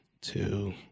two